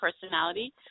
personality